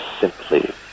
simply